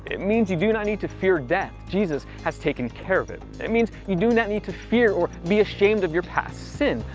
it means, you do not need to fear death, jesus has taken care of that. it it means, you do not need to fear or be ashamed of your past sin,